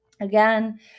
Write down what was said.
Again